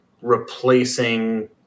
replacing